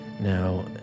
now